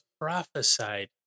prophesied